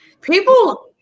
people